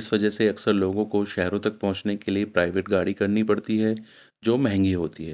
اس وجہ سے اکثر لوگوں کو شہروں تک پہنچنے کے لیے پرائیویٹ گاڑی کرنی پڑتی ہے جو مہنگی ہوتی ہے